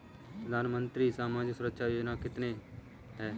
प्रधानमंत्री की सामाजिक सुरक्षा योजनाएँ कितनी हैं?